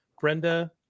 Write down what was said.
Brenda